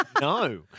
no